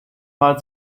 mal